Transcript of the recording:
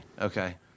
Okay